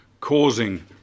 causing